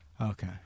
Okay